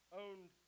owned